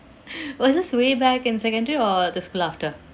was this way back in secondary or the school after